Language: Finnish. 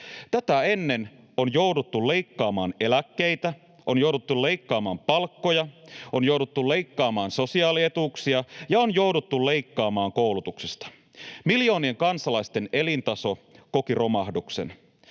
Tätä ennen on jouduttu leikkaamaan eläkkeitä, on jouduttu leikkaamaan palkkoja, on jouduttu leikkaamaan sosiaalietuuksia ja on jouduttu leikkaamaan koulutuksesta. Miljoonien kansalaisten elintaso koki romahduksen.